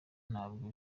ntabwo